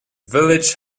village